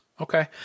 Okay